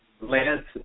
Lance